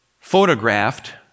photographed